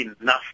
enough